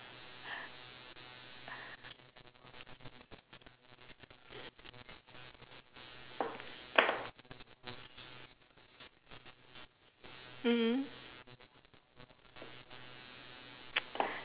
mmhmm